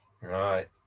right